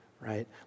right